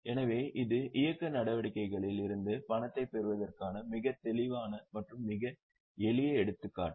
எனவே இது இயக்க நடவடிக்கைகளில் இருந்து பணத்தைப் பெறுவதற்கான மிகத் தெளிவான மற்றும் மிக எளிய எடுத்துக்காட்டு